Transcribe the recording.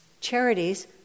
charities